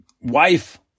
wife